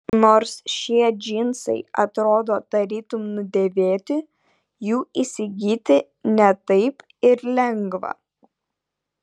nors šie džinsai atrodo tarytum nudėvėti jų įsigyti ne taip ir lengva